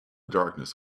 darkness